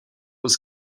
was